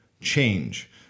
change